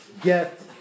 get